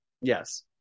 Yes